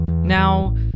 Now